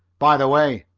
by the way,